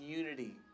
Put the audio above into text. unity